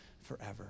forever